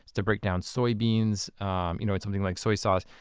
to break down soy beans um you know in something like soy sauce.